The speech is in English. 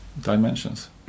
dimensions